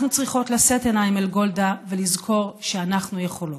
אנחנו צריכות לשאת עיניים אל גולדה ולזכור שאנחנו יכולות.